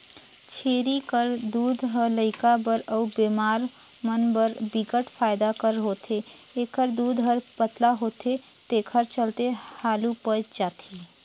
छेरी कर दूद ह लइका बर अउ बेमार मन बर बिकट फायदा कर होथे, एखर दूद हर पतला होथे तेखर चलते हालु पयच जाथे